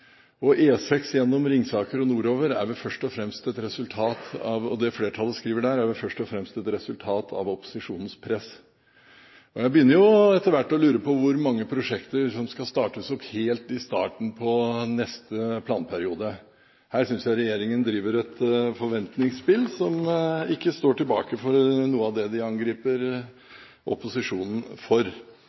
E6. E6 gjennom Ringsaker og nordover, og det flertallet skriver om der, er vel først og fremst et resultat av opposisjonens press. Jeg begynner etter hvert å lure på hvor mange prosjekter som skal startes opp helt i starten på neste planperiode. Her synes jeg regjeringen driver et forventningsspill som ikke står tilbake for noe av det de angriper opposisjonen for.